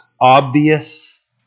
obvious